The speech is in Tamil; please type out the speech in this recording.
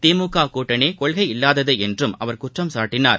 திமுக கூட்டணி கொள்கை இல்லாதது என்றும் அவர் குற்றம் சாட்டினார்